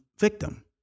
victim